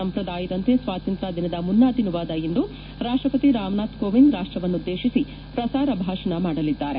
ಸಂಪ್ರದಾಯದಂತೆ ಸ್ವಾತಂತ್ರ್ವ ದಿನದ ಮುನ್ನಾ ದಿನವಾದ ಇಂದು ರಾಪ್ಷಪತಿ ರಾಮನಾಥ ಕೋವಿಂದ್ ರಾಪ್ಷವನ್ನು ಉದ್ದೇತಿಸಿ ಪ್ರಸಾರ ಭಾಷಣ ಮಾಡಲಿದ್ದಾರೆ